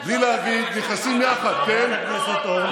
תעצור את שמחה רוטמן.